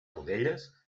rodelles